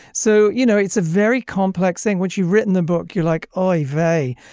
so you know it's a very complex thing what you written the book you're like oh vey.